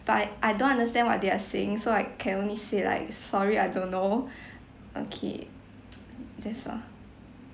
but I I don't understand what they're saying so I can only say like sorry I don't know okay that's all